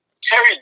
Terry